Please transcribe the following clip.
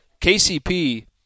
KCP